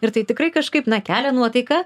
ir tai tikrai kažkaip na kelia nuotaiką